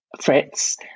Fritz